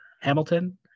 Hamilton